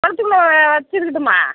குள்ளே வச்சுருக்கட்டுமா